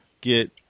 get